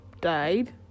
died